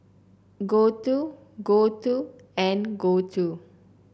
Gouthu Gouthu and Gouthu